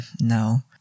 no